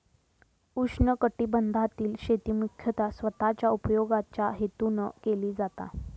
उष्णकटिबंधातील शेती मुख्यतः स्वतःच्या उपयोगाच्या हेतून केली जाता